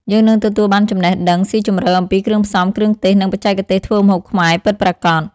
យើងនឹងទទួលបានចំណេះដឹងស៊ីជម្រៅអំពីគ្រឿងផ្សំ គ្រឿងទេស និងបច្ចេកទេសធ្វើម្ហូបខ្មែរពិតប្រាកដ ។